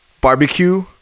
barbecue